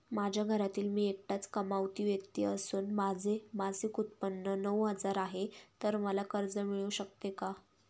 माझ्या घरातील मी एकटाच कमावती व्यक्ती असून माझे मासिक उत्त्पन्न नऊ हजार आहे, तर मला कर्ज मिळू शकते का?